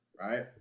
Right